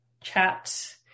chat